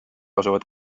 asuvad